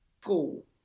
school